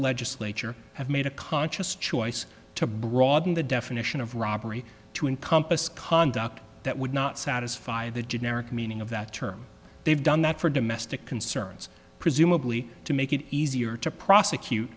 legislature have made a conscious choice to broaden the definition of robbery to encompass conduct that would not satisfy the generic meaning of that term they've done that for domestic concerns presumably to make it easier to prosecute